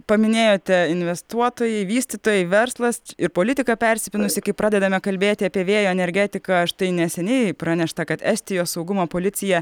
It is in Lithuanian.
paminėjote investuotojai vystytojai verslas ir politika persipynusi kai pradedame kalbėti apie vėjo energetiką štai neseniai pranešta kad estijos saugumo policija